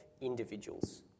individuals